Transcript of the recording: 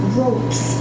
ropes